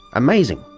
amazing!